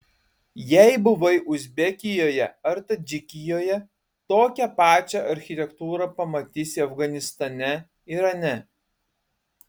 jei buvai uzbekijoje ar tadžikijoje tokią pačią architektūrą pamatysi afganistane irane